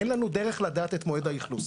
אין לנו דרך לדעת את מועד האכלוס.